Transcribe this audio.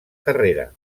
carrera